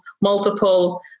multiple